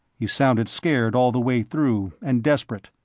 he sounded scared all the way through, and desperate.